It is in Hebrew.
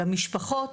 למשפחות,